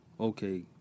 okay